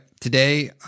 today